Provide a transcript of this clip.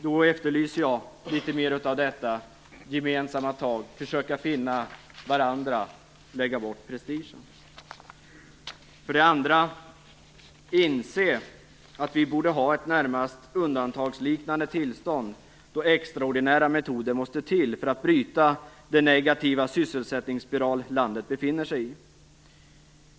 Då efterlyser jag litet mer av det gemensamma, för att vi skall försöka finna varandra och lägga bort prestigen. 2. Inse att vi borde ha ett närmast undantagsliknande tillstånd, då extraordinära metoder måste till för att bryta den negativa sysselsättningsspiral som landet befinner sig i.